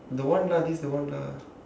the one lah this the one lah